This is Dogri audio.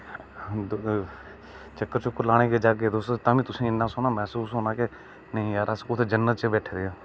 चक्कर लाने गी बी जाह्गे तुस ते तां बी तुसेंगी इन्ना शैल महसूस होना की नेईं यार अस कुदै जन्नत च बैठे दे